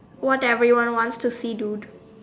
what every one wants to see dude